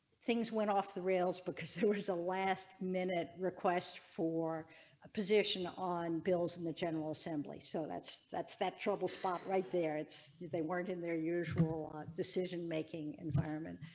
things went off the rails because there was a last minute request for a position on bills in the general assembly. so that's that's that trouble spot, right? there. it's they weren't in their usual decision making environment.